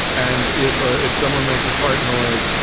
and if ah if someone makes a fart noise,